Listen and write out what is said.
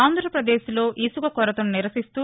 ఆంధ్రప్రదేశ్ లో ఇసుక కొరతను నిరసిస్తూ